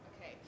Okay